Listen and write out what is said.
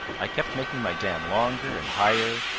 i kept making my dam longer and higher,